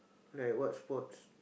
like what sports